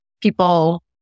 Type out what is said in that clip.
people